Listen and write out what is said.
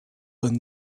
and